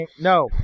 No